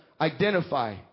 identify